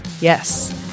yes